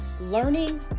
learning